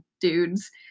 dudes